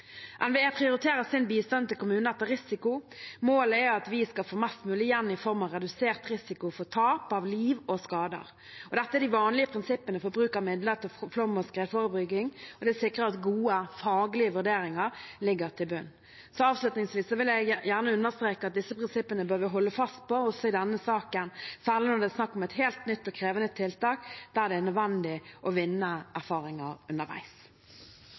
sin bistand til kommuner etter risiko. Målet er at vi skal få mest mulig igjen i form av redusert risiko for tap av liv og for skader. Dette er de vanlige prinsippene for bruk av midler til flom- og skredforebygging, og det sikrer at gode, faglige vurderinger ligger til grunn. Avslutningsvis vil jeg gjerne understreke at disse prinsippene bør vi holde fast på også i denne saken, særlig når det er snakk om et helt nytt og krevende tiltak der det er nødvendig å vinne erfaringer underveis.